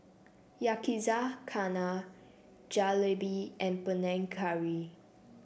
Yakizakana Jalebi and Panang Curry